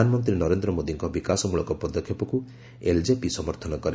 ପ୍ରଧାନମନ୍ତ୍ରୀ ନରେନ୍ଦ୍ର ମୋଦୀଙ୍କ ବିକାଶମଳକ ପଦକ୍ଷେପକୁ ଏଲଜେପି ସମର୍ଥନ କରେ